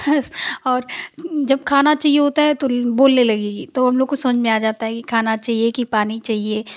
और जब खाना चाहिए होता है बोलने लगेगी हम लोग को समझ में आ जाता है की खाना चाहिए कि पानी चाहिए